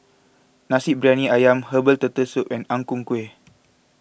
Nasi Briyani Ayam Herbal Turtle Soup and Ang Ku Kueh